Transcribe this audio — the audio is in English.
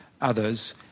others